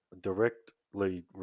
directly